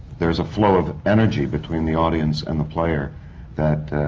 there is a flow of energy between the audience and the player that